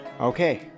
Okay